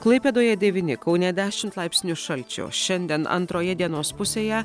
klaipėdoje devyni kaune dešimt laipsnių šalčio šiandien antroje dienos pusėje